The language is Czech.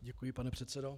Děkuji, pane předsedo.